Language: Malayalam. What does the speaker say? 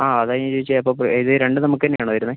ആ അതാണ് ഞാൻ ചോദിച്ചത് എപ്പം ഇതു രണ്ടും നമുക്ക് തന്നെ ആണോ വരുന്നത്